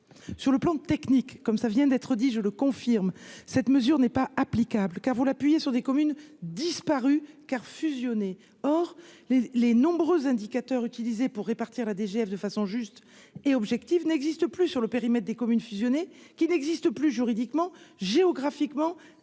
sur le plan technique, comme ça vient d'être dit, je le confirme, cette mesure n'est pas applicable, vous l'appuyer sur des communes disparu car fusionner, or les les nombreux indicateurs utilisés pour répartir à DGF de façon juste et objective n'existe plus sur le périmètre des communes fusionnées qui n'existe plus juridiquement géographiquement institutionnellement